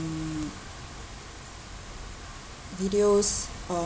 videos um